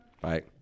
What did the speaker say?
Bye